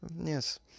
Yes